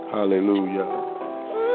Hallelujah